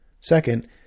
Second